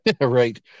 Right